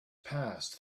passed